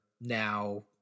now